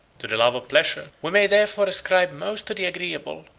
to the love of pleasure we may therefore ascribe most of the agreeable,